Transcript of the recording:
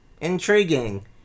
Intriguing